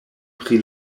pri